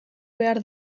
behar